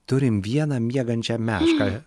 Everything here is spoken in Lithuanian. turim vieną miegančią mešką